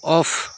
off